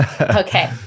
Okay